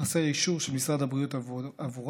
חסר אישור של משרד הבריאות עבורם.